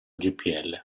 gpl